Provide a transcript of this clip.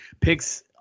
picks